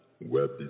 web